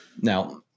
Now